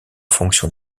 fonction